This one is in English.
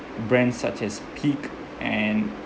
brands such as peak and